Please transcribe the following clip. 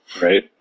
Right